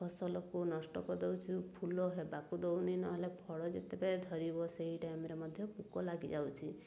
ଫସଲକୁ ନଷ୍ଟ କରିଦେଉଛି ଫୁଲ ହେବାକୁ ଦେଉନି ନହେଲେ ଫଳ ଯେତେବେଳେ ଧରିବ ସେହି ଟାଇମ୍ରେ ମଧ୍ୟ ପୋକ ଲାଗିଯାଉଛି